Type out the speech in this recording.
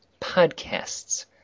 Podcasts